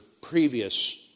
previous